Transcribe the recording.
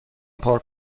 پارک